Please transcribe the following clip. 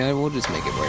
um we'll just make it